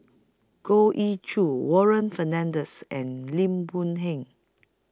Goh Ee Choo Warren Fernandez and Lim Boon Heng